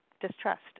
distrust